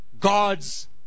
God's